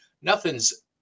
nothing's